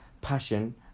passion